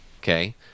Okay